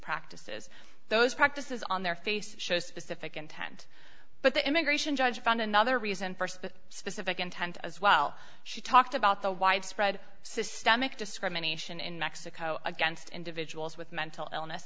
practices those practices on their face show specific intent but the immigration judge found another reason for the specific intent as well she talked about the widespread systemic discrimination in mexico against individuals with mental illness